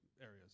areas